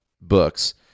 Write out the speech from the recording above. Books